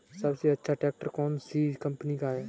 सबसे अच्छा ट्रैक्टर कौन सी कम्पनी का है?